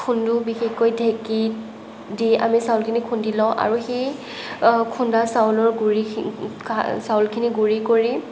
খুন্দোঁ বিশেষকৈ ঢেঁকীত দি আমি চাউলখিনি খুন্দি লওঁ আৰু সেই খুন্দা চাউলৰ গুৰিখিনি চাউলখিনি গুৰি কৰি